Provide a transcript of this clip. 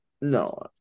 No